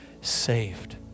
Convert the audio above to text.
saved